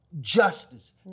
Justice